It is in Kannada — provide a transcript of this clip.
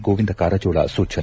ಗೋವಿಂದ ಕಾರಜೋಳ ಸೂಚನೆ